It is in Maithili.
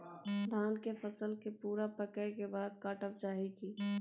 धान के फसल के पूरा पकै के बाद काटब चाही की?